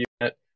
unit